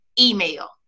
email